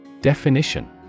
Definition